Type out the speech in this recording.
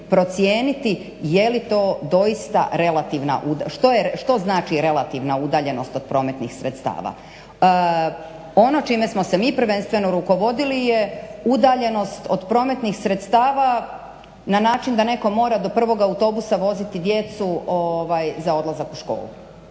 procijeniti je li to doista relativna, što znači relativna udaljenost od prometnih sredstava. Ono čime smo se mi prvenstveno rukovodili je udaljenost od prometnih sredstava na način da netko mora do prvog autobusa voziti djecu za odlazak u školu.